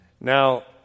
Now